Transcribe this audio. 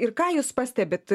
ir ką jūs pastebit